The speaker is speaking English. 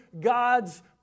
God's